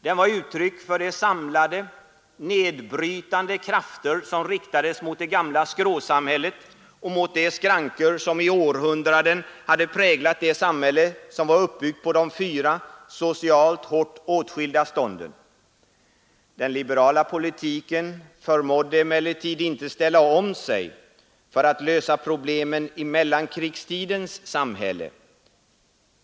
Den var uttryck för de samlade nedbrytande krafter som riktades mot det gamla skråsamhället och mot de skrankor som i århundraden hade präglat det samhälle som var uppbyggt på de fyra socialt hårt åtskilda stånden. Den liberala politiken förmådde emellertid inte ställa om sig för att lösa problemen i mellankrigstidens samhälle.